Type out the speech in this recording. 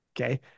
okay